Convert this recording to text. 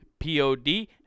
P-O-D